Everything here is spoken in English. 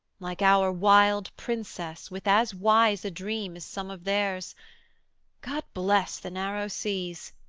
like our wild princess with as wise a dream as some of theirs god bless the narrow seas!